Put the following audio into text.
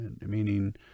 Meaning